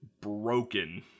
broken